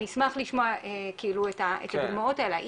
אני אשמח לשמוע את הדוגמאות האלה,